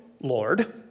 Lord